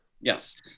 Yes